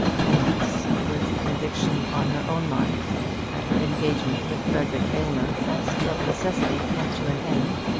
penniless, with a conviction on her own mind that her engagement with frederic aylmer must of necessity come to an end,